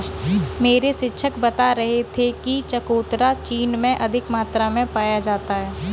मेरे शिक्षक बता रहे थे कि चकोतरा चीन में अधिक मात्रा में पाया जाता है